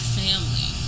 family